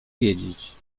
wiedzieć